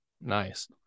Nice